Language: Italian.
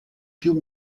più